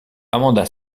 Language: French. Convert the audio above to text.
amanda